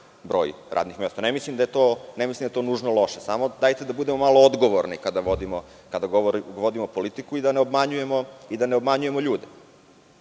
broj radnih mesta. Ne mislim da je to nužno loše, samo dajte da budemo malo odgovorni kada vodimo politiku i da ne obmanjujemo ljude.